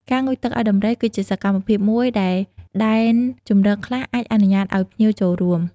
ការងូតទឹកឲ្យដំរី គឺជាសកម្មភាពមួយដែល ដែនជម្រកខ្លះអាចអនុញ្ញាតឲ្យភ្ញៀវចូលរួម។